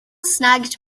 snagged